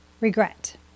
Regret